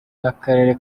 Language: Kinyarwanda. n’akarere